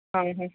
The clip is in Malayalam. ആ ഹും